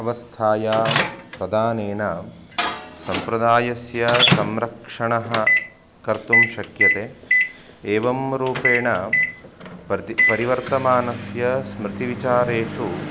अवस्थायां प्रदानेन सम्प्रदायस्य संरक्षणं कर्तुं शक्यते एवं रूपेण प्रति परिवर्तमानस्य स्मृतिविचारेषु